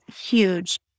huge